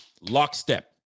lockstep